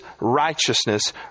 righteousness